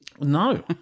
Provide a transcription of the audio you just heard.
No